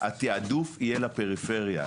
התעדוף יהיה לפריפריה.